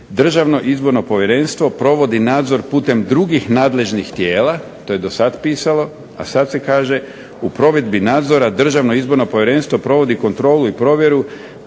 Državno izborno povjerenstvo provodi nadzor putem drugih nadležnih tijela, to je dosad pisalo, a sad se kaže u provedbi nadzora Državno izborno povjerenstvo provodi kontrolu i provjeru